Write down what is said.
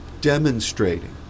demonstrating